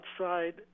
outside